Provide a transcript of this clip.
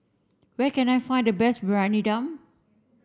where can I find the best Briyani Dum